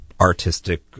artistic